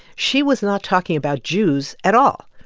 she was not talking about jews at all.